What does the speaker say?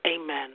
Amen